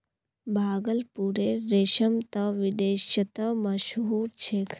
भागलपुरेर रेशम त विदेशतो मशहूर छेक